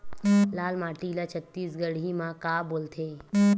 लाल माटी ला छत्तीसगढ़ी मा का बोलथे?